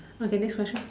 okay next question